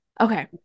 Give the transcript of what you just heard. Okay